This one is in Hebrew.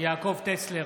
יעקב טסלר,